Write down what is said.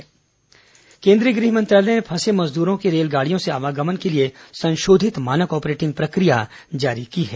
corona गृह मंत्रालय केन्द्रीय गृह मंत्रालय ने फंसे मजदूरों के रेलगाड़ियों से आवागमन के लिए संशोधित मानक ऑपरेटिंग प्रकिया जारी की है